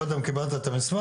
לא יודע אם קיבלת את המסמך,